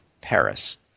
Paris